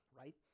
right